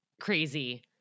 crazy